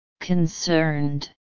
Concerned